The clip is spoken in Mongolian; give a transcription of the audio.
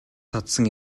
татсан